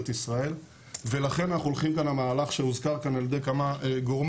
ישראל ולכן אנחנו הולכים כאן על המהלך שהוזכר כאן על ידי כמה גורמים.